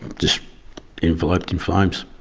just enveloped in flames.